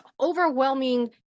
overwhelming